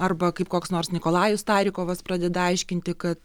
arba kaip koks nors nikolajus tarikovas pradeda aiškinti kad